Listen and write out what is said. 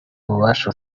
bubasha